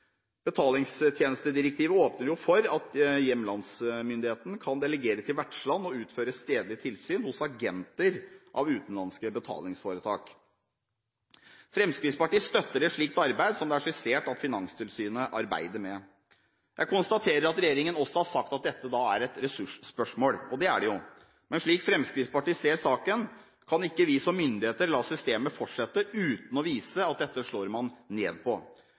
Betalingstjenestedirektivet åpner jo for at hjemlandsmyndigheten kan delegere til vertsland å utføre stedlig tilsyn hos agenter av utenlandske betalingsforetak. Fremskrittspartiet støtter et slikt arbeid, som det er skissert at Finanstilsynet arbeider med. Jeg konstaterer at regjeringen også har sagt at dette er et ressursspørsmål. Det er det jo, men slik Fremskrittspartiet ser saken, kan ikke vi som myndigheter la systemet fortsette uten å vise at dette slår man ned på.